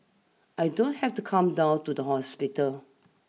I don't have to come down to the hospital